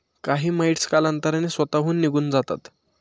काही माइटस कालांतराने स्वतःहून निघून जातात